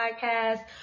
podcast